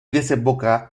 desemboca